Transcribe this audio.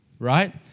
Right